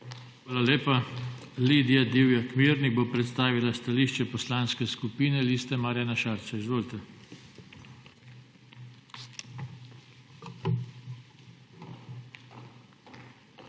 Hvala lepa. Lidija Divjak Mirnik bo predstavila stališče Poslanske skupine Liste Marjana Šarca. Izvolite. LIDIJA